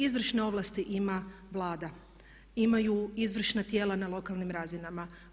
Izvršne ovlasti ima Vlada, imaju izvršna tijela na lokalnim razinama.